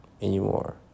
anymore